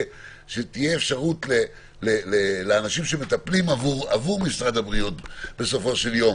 ושתהיה אפשרות לאנשים שמטפלים עבור משרד הבריאות בסופו של יום